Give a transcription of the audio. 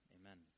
Amen